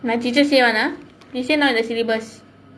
my teacher say [one] ah she say not in the syllabus